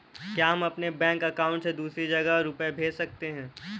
क्या हम अपने बैंक अकाउंट से दूसरी जगह रुपये भेज सकते हैं?